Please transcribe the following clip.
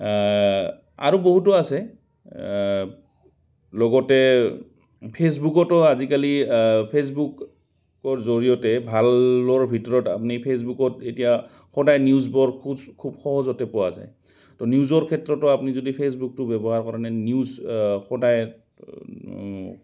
আৰু বহুতো আছে লগতে ফেচবুকতো আজিকালি ফেচবুকৰকৰ জৰিয়তে ভালৰ ভিতৰত আপুনি ফেচবুকত এতিয়া সদায় নিউজবোৰ খুব সহজতে পোৱা যায় তো নিউজৰ ক্ষেত্ৰতো আপুনি যদি ফেচবুকটো ব্যৱহাৰ কাৰণে নিউজ সদায়